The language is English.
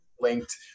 linked